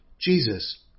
Jesus